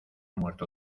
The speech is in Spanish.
muerto